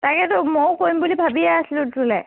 তাকেতো মইয়ো কৰিম বুলি ভাবি আছিলোঁ তোলৈ